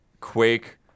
Quake